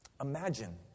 Imagine